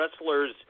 wrestlers